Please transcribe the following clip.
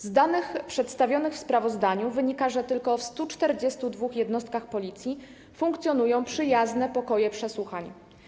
Z danych przedstawionych w sprawozdaniu wynika, że tylko w 142 jednostkach Policji funkcjonują przyjazne pokoje przesłuchań.